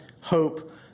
hope